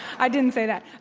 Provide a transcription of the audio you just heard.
i didn't say that.